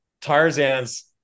Tarzan's